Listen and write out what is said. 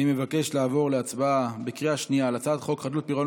אני מבקש לעבור להצבעה בקריאה שנייה על הצעת חוק חדלות פירעון